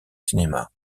cinéma